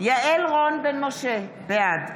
יעל רון בן משה, בעד